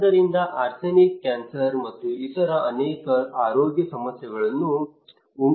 ಆದ್ದರಿಂದ arsenic cancer ಮತ್ತು ಇತರ ಅನೇಕ ಆರೋಗ್ಯ ಸಮಸ್ಯೆಗಳನ್ನು ಉಂಟುಮಾಡಬಹುದು